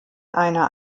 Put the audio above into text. einer